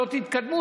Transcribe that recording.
זאת התקדמות.